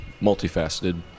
multifaceted